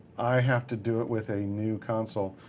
i have to do it with a new console.